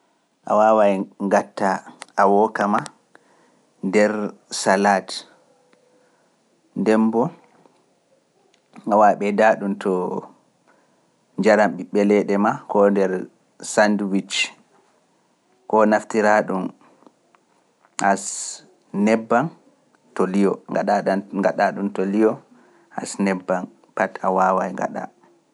A waawae ngatta avokado ma nder salad, nden mbo, a wawai ngataɗum to njaram ɓiɓɓe leɗe ma ko nder sanduic, ko naftira ɗum as nebban to liyo, ngaɗa ɗam ngaɗa ɗum to liyo, as nebban pat a waawa e ngaɗa.